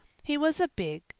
he was a big,